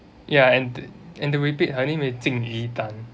ya and the and the repeat her name is ting yi tan